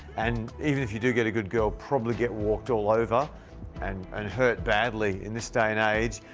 and even if you do get a good girl, probably get walked all over and and hurt badly in this day and age.